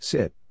Sit